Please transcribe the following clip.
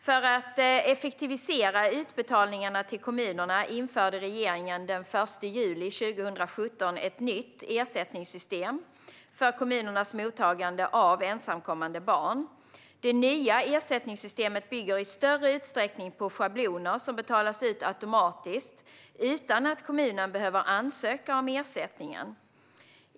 För att effektivisera utbetalningarna till kommunerna införde regeringen den 1 juli 2017 ett nytt ersättningssystem för kommunernas mottagande av ensamkommande barn. Det nya ersättningssystemet bygger i större utsträckning på schabloner som betalas ut automatiskt utan att kommunen behöver ansöka om ersättningen.